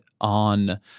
on